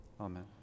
Amen